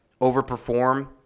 overperform